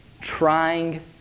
trying